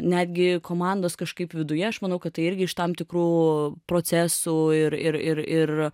netgi komandos kažkaip viduje aš manau kad tai irgi iš tam tikrų procesų ir ir ir ir